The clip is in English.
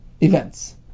events